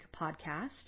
podcast